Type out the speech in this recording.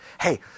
Hey